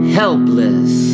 helpless